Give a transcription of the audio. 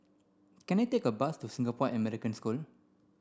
can I take a bus to Singapore American School